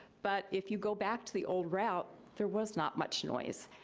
but if you go back to the old route, there was not much noise,